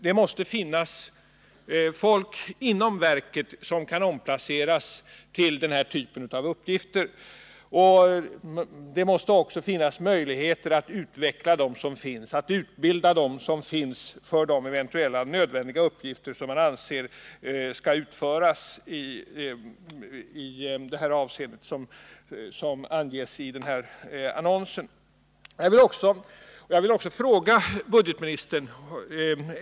Det måste finnas personer inom verket som kan omplaceras för att utföra denna typ av uppgifter. Det måste också finnas möjligheter att utbilda personer som redan finns där för de eventuella nödvändiga uppgifter som man anser skall utföras enligt vad som anges i annonsen.